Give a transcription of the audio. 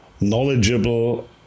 knowledgeable